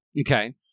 Okay